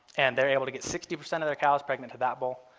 and they're able to get sixty percent of their cows pregnant to that bull.